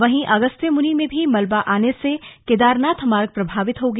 वहीं अगस्त्यमुनि में भी मलबा आने से केदारनाथ मार्ग प्रभावित हो गया